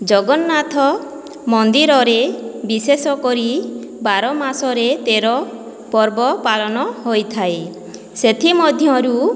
ଜଗନ୍ନାଥ ମନ୍ଦିରରେ ବିଶେଷକରି ବାର ମାସରେ ତେର ପର୍ବ ପାଳନ ହୋଇଥାଏ ସେଥିମଧ୍ୟରୁ